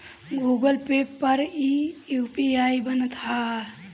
Google Pay पर इ UPI बनत हअ